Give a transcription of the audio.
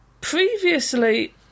previously